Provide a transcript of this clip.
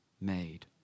made